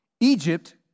Egypt